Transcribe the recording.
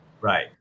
Right